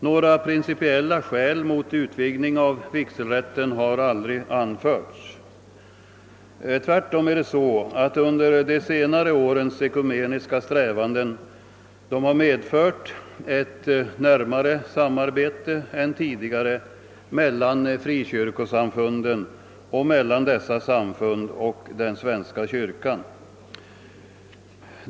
Några principiella skäl mot utvidgning av vigselrätten har aldrig anförts. Tvärtom har de senaste årens ekumeniska strävanden medfört ett närmare samarbete än tidigare mellan frikyrkosamfunden och mellan dessa samfund och den svenska kyrkan.